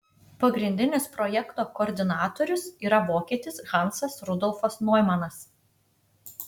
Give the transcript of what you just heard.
pagrindinis projekto koordinatorius yra vokietis hansas rudolfas noimanas